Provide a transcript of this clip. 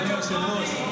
אדוני היושב-ראש,